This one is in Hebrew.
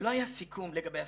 לא היה סיכום לגבי הסיעוד.